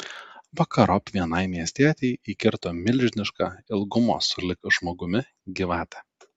vakarop vienai miestietei įkirto milžiniška ilgumo sulig žmogumi gyvatė